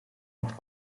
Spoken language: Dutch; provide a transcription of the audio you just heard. het